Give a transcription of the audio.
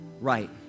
right